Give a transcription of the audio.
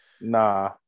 Nah